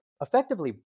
effectively